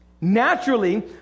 Naturally